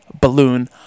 balloon